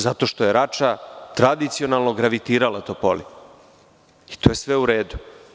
Zato što je Rača tradicionalno gravitirala Topoli i to je sve u redu.